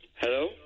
Hello